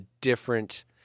different